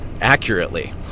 accurately